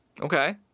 Okay